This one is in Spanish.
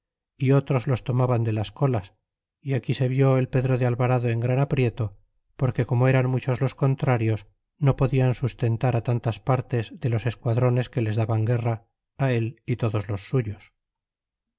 e otros los tomaban de las colas y aquí se vi el pedro de alvarado en gran aprieto porque como eran muchos los contrarios no pechan sustentar tantas partes de los esquadrones que les daban guerra él y todos los suyos